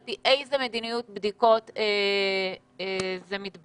על פי איזו מדיניות בדיקות זה מתבצע.